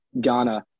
Ghana